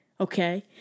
Okay